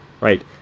right